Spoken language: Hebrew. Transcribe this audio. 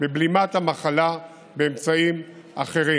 בבלימת המחלה באמצעים אחרים.